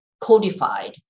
codified